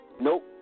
nope